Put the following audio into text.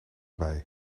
bij